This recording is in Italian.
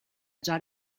già